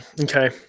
Okay